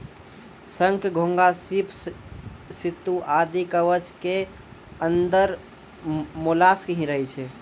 शंख, घोंघा, सीप, सित्तू आदि कवच के अंदर मोलस्क ही रहै छै